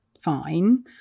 fine